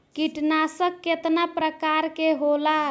कीटनाशक केतना प्रकार के होला?